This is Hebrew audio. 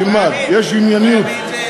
תלמד, יש ענייניות.